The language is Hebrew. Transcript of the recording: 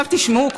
עכשיו תשמעו,